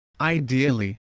Ideally